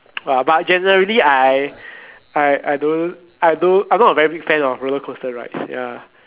but generally I I I don't I don't I not a very big fan of roller coaster rides ya